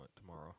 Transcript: tomorrow